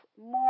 more